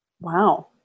Wow